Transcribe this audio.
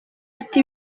ati